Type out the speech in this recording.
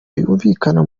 yumvikana